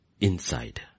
inside